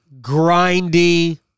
grindy